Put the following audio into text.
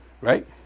Right